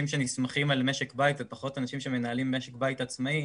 שנסמכים על משק בית ופחות אנשים שמנהלים משק בית עצמאי,